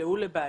שנקלעו לבעיות,